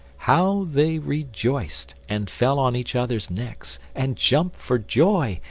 how they rejoiced, and fell on each other's necks, and jumped for joy,